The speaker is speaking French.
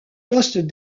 poste